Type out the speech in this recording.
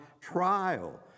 trial